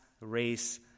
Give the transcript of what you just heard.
race